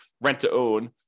rent-to-own